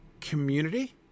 community